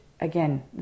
again